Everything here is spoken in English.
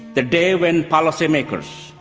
the day when policymakers,